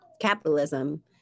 capitalism